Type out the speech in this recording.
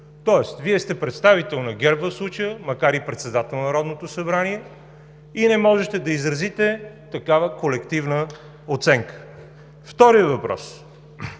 Тоест, Вие сте представител на ГЕРБ в случая, макар и председател на Народното събрание, и не можете да изразите такава колективна оценка. Втори въпрос.